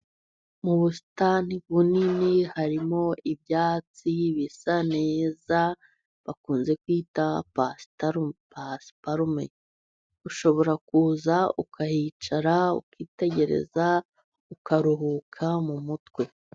Mu busitani bunini harimo ibyatsi bisa neza, bakunze kwita pasiparume. Ushobora kuza ukahicara, ukitegereza, ukaruhuka mu mutwe.